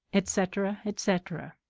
etc, etc.